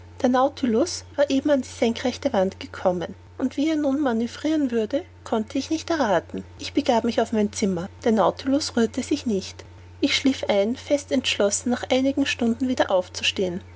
der nautilus war eben an die senkrechte wand gekommen wie er nun manövriren würde konnte ich nicht errathen ich begab mich auf mein zimmer der nautilus rührte sich nicht ich schlief ein fest entschlossen nach einigen stunden wieder aufzustehen